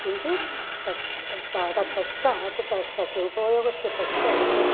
किन्तु तत् ता तत् पश्चात् तस्य तस्य उपयोगस्य पश्चात्